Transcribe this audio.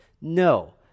No